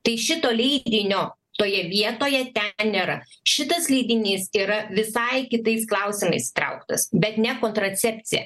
tai šito leidinio toje vietoje ten nėra šitas leidinys yra visai kitais klausimais trauktas bet ne kontracepcija